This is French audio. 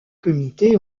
comité